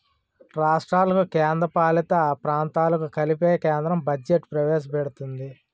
రాష్ట్రాలకు కేంద్రపాలిత ప్రాంతాలకు కలిపి కేంద్రం బడ్జెట్ ప్రవేశపెడుతుంది